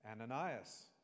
Ananias